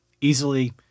easily